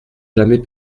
jamais